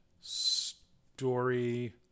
story